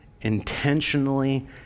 intentionally